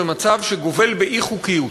במצב שגובל באי-חוקיות.